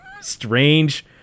strange